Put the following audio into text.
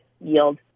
yield